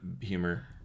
humor